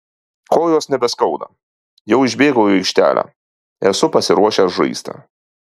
kojos nebeskauda jau išbėgau į aikštelę esu pasiruošęs žaisti